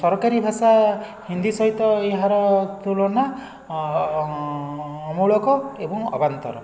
ସରକାରୀ ଭାଷା ହିନ୍ଦୀ ସହିତ ଏହାର ତୁଳନା ଅମୂଳକ ଏବଂ ଅବାନ୍ତର